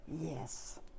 yes